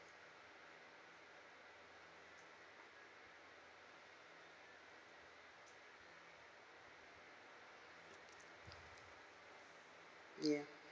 ya